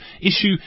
issue